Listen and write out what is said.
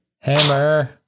Hammer